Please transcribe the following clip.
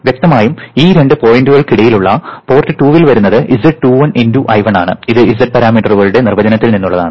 വ്യക്തമായും ഈ രണ്ട് പോയിന്റുകൾക്കിടയിലുള്ള പോർട്ട് 2 ൽ പുറത്തുവരുന്നത് z21 × I1 ആണ് ഇത് z പാരാമീറ്ററുകളുടെ നിർവചനത്തിൽ നിന്നുള്ളതാണ്